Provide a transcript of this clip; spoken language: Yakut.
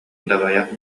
дабайах